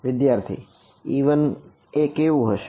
વિદ્યાર્થી e1 એ કેવું થશે